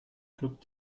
klub